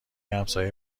همسایه